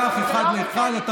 מנוסח כך אחד לאחד.